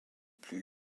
plus